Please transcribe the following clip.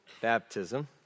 baptism